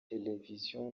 televiziyo